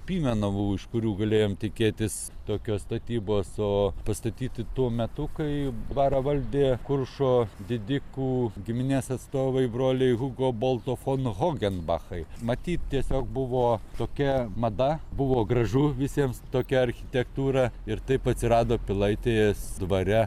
pimenovų iš kurių galėjom tikėtis tokios statybos o pastatyti tuo metu kai dvarą valdė kuršo didikų giminės atstovai broliai hugo bolto fon hogenbachai matyt tiesiog buvo tokia mada buvo gražu visiems tokia architektūra ir taip atsirado pilaitės dvare